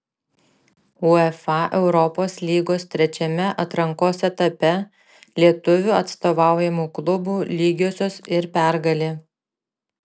uefa europos lygos trečiame atrankos etape lietuvių atstovaujamų klubų lygiosios ir pergalė